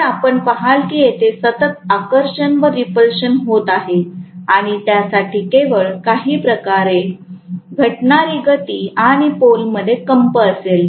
तर आपण पहाल की येथे सतत आकर्षण व रिपल्शन होत आहे आणि त्यासाठी केवळ काही प्रकारचे घटणारी गति किंवा पोल मध्ये कंप असेल